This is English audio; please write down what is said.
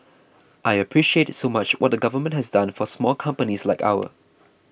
I appreciate so much what the government has done for small companies like ours